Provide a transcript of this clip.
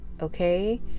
okay